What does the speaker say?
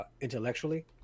intellectually